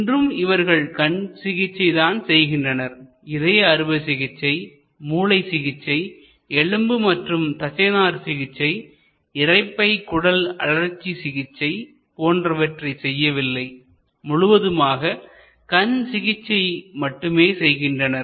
இன்றும் இவர்கள் கண் சிகிச்சை தான் செய்கின்றனர் இதய அறுவை சிகிச்சை மூளை சிகிச்சைஎலும்பு மற்றும் தசை நார் சிகிச்சை இரைப்பை குடல் அழற்சி சிகிச்சை போன்றவற்றை செய்யவில்லை முழுவதுமாக கண் சிகிச்சை மட்டுமே செய்கின்றனர்